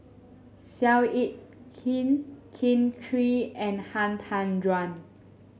Seow Yit Kin Kin Chui and Han Tan Juan